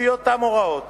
לפי אותן הוראות